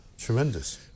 Tremendous